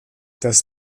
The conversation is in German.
das